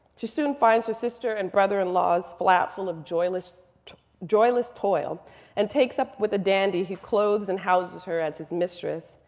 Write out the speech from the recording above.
she soon finds her sister and brother in law's flat full of joyless joyless toil and takes up with a dandy who clothes and houses her as his mistress.